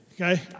okay